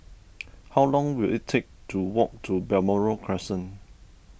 how long will it take to walk to Balmoral Crescent